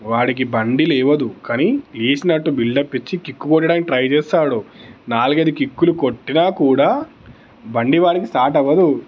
వాడికి బండి లేవదు కానీ లేచినట్టు బిల్డప్ ఇచ్చి కిక్కు కొట్టడానికి ట్రై చేస్తాడు నాలుగు ఐదు కిక్కులు కొట్టినా కూడా బండి వాడికి స్టార్ట్ అవ్వదు